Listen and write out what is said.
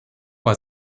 war